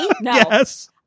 Yes